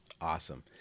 Awesome